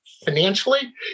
financially